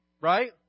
Right